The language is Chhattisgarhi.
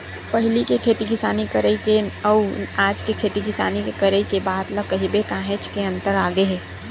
पहिली के खेती किसानी करई के अउ आज के खेती किसानी के करई के बात ल कहिबे काहेच के अंतर आगे हे